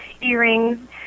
earrings